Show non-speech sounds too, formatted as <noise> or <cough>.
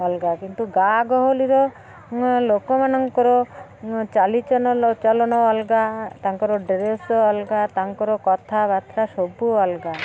ଅଲଗା କିନ୍ତୁ ଗାଁ ଗହଳିର ଲୋକମାନଙ୍କର ଚାଲି <unintelligible> ଚଲନ ଅଲଗା ତାଙ୍କର ଡ୍ରେସ ଅଲଗା ତାଙ୍କର କଥାବାର୍ତ୍ତା ସବୁ ଅଲଗା